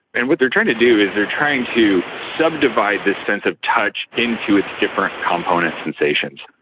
and what they are trying to do is they are trying to subdivide this sense of touch into its different component sensations.